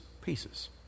pieces